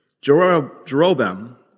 Jeroboam